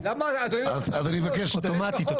אוטומטית.